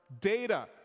data